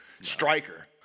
Striker